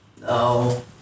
No